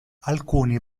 alcuni